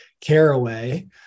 Caraway